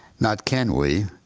not can we,